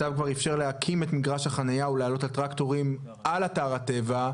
הצו כבר אפשר להקים את מגרש החנייה ולהעלות את הטרקטורים על אתר הטבע,